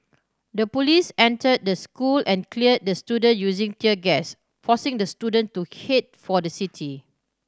the police entered the school and cleared the student using tear gas forcing the student to head for the city